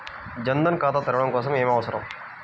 జన్ ధన్ ఖాతా తెరవడం కోసం ఏమి అవసరం?